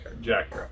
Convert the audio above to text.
Jack